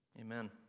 Amen